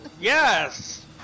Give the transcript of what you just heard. Yes